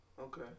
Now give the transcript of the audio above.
Okay